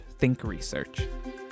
thinkresearch